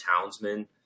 townsman